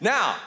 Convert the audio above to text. Now